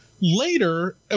Later